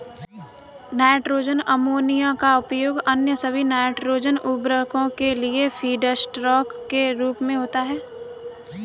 nitrogen ammonia का उपयोग अन्य सभी नाइट्रोजन उवर्रको के लिए फीडस्टॉक के रूप में होता है